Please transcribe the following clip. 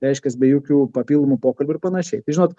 reiškias be jokių papildomų pokalbių ir panašiai tai žinot